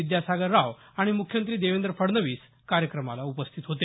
विदयासागर राव आणि मुख्यमंत्री देवेंद्र फडणवीस कार्यक्रमाला उपस्थित होते